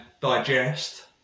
digest